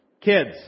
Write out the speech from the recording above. kids